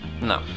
No